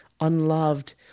unloved